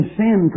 sin